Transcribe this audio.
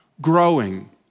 growing